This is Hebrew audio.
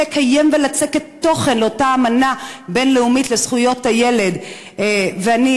לקיים את אותה אמנה בין-לאומית לזכויות הילד ולצקת בה תוכן.